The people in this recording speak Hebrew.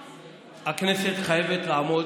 הכנסת חייבת לעמוד